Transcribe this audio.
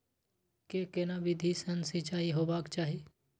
के केना विधी सॅ सिंचाई होबाक चाही?